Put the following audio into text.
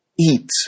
Eat